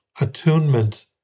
attunement